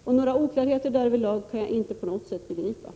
Jag kan inte begripa att det skulle finnas några som helst oklarheter härvidlag.